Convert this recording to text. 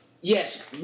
yes